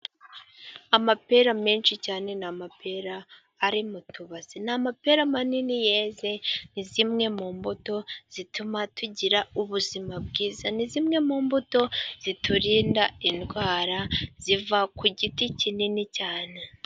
Amapera menshi cyane, ni amapera ari mu tubase. Ni amapera manini yeze, ni zimwe mu mbuto zituma tugira ubuzima bwiza, ni zimwe mu mbuto ziturinda indwara, ziva ku giti kinini cyane.